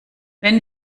wenn